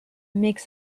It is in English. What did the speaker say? makes